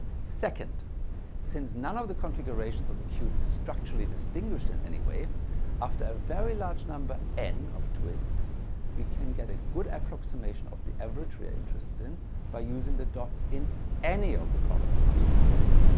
second since none of the configurations of the cube is structurally distinguished in any way after a very large number n of twists we can get a good approximation of the average we are interested in by using the dots in any of the columns not just the first.